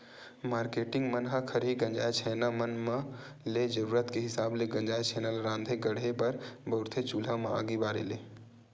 marketing मन ह खरही गंजाय छैना मन म ले जरुरत के हिसाब ले गंजाय छेना ल राँधे गढ़हे बर बउरथे चूल्हा म आगी बारे ले